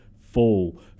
fall